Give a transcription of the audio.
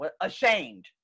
ashamed